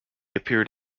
appeared